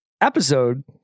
episode